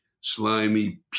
slimy